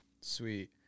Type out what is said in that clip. Sweet